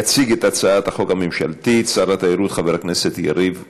יציג את הצעת החוק הממשלתית שר התיירות חבר הכנסת יריב לוין,